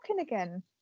again